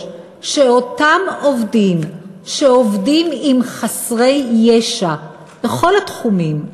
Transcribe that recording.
שמי שעובדים עם חסרי ישע בכל התחומים,